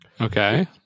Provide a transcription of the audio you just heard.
Okay